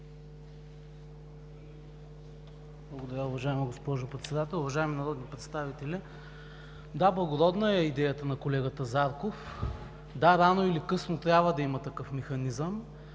Благодаря, уважаема госпожо Председател. Уважаеми народни представители! Да, благородна е идеята на колегата Зарков. Да, рано или късно трябва да има такъв механизъм.